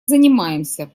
занимаемся